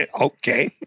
Okay